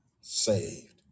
saved